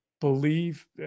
believe